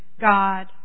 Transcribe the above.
God